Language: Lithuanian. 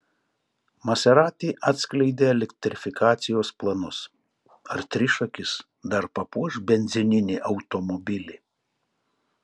maserati atskleidė elektrifikacijos planus ar trišakis dar papuoš benzininį automobilį